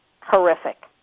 horrific